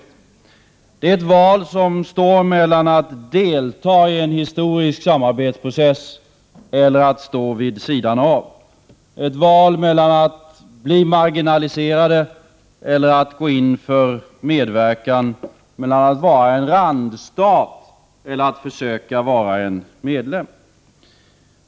Detta är ett val som står mellan att delta i en historisk samarbetsprocess eller att stå vid sidan av, ett val mellan att bli marginaliserade eller att gå in för medverkan — mellan att vara en randstat eller att försöka vara en medlem.